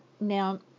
Now